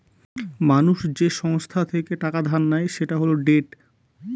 মানুষ যে সংস্থা থেকে টাকা ধার নেয় সেটা হল ডেট